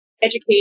educate